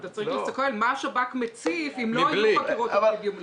אתה צריך להסתכל מה השב"כ מציף אם לא היו חקירות אפידמיולוגיות.